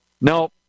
No